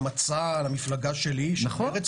למפלגה שלי מרצ,